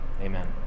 Amen